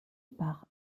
par